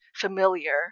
familiar